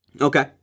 Okay